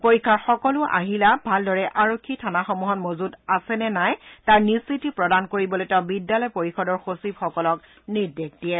পৰীক্ষাৰ সকলো আহিলা ভালদৰে আৰক্ষী থানা সমূহত মজুত আছে নে নাই তাৰ নিশ্চিত প্ৰদান কৰিবলৈ তেওঁ বিদ্যালয় পৰিষদৰ সচিব সকলক নিৰ্দেশ দিয়ে